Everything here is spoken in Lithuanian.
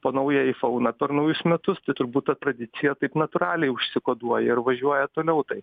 po naują aifouną per naujus metus tai turbūt ta tradicija taip natūraliai užsikoduoja ir važiuoja toliau tai